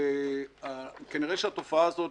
כנראה התופעה הזאת,